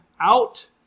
out